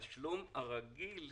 התשלום "הרגיל",